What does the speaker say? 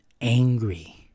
angry